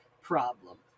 problem